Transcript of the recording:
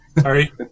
Sorry